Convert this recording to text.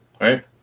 right